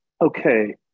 Okay